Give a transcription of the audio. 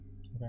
Okay